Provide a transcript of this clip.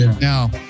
now